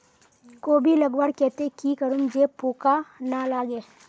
कोबी लगवार केते की करूम जे पूका ना लागे?